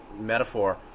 metaphor